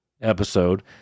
episode